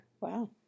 Wow